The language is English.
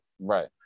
Right